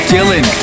Dylan